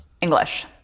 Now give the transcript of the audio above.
English